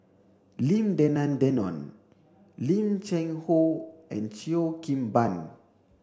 Lim Denan Denon Lim Cheng Hoe and Cheo Kim Ban